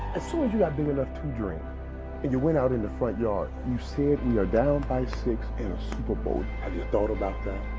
as soon as you got big enough to dream, and you went out in the front yard, you said we are down by six in a super bowl. have you thought about that?